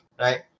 right